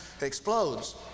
explodes